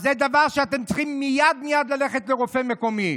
אז זה דבר שבגללו אתם צריכים ללכת מייד מייד לרופא מקומי.